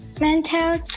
mental